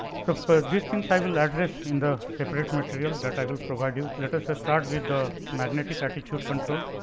so, this things i will address in the separate material that i will provide you. let us say ah start with the magnetic attitude control.